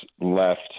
left